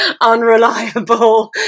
unreliable